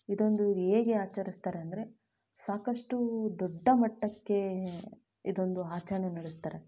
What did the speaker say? ಇದೊಂದು ಹೇಗೆ ಆಚರಿಸ್ತಾರೆ ಅಂದರೆ ಸಾಕಷ್ಟು ದೊಡ್ಡ ಮಟ್ಟಕ್ಕೆ ಇದೊಂದು ಆಚರಣೆ ನಡೆಸ್ತಾರೆ